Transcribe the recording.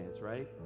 right